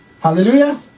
Hallelujah